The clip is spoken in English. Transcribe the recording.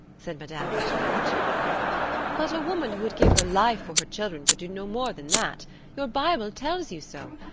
said madame ratignolle, cheerfully but a woman who would give her life for her children could do no more than that your bible tells you so.